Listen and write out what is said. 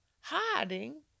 hiding